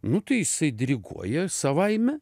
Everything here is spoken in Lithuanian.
nu tai jisai diriguoja savaime